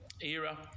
era